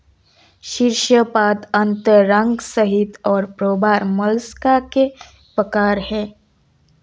शीर्शपाद अंतरांग संहति और प्रावार मोलस्का के प्रकार है